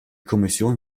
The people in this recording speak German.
kommission